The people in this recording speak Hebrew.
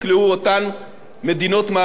מדינות מערביות ואירופיות.